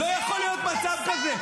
לא יכול להיות מצב כזה.